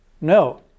No